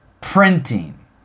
printing